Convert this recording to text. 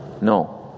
No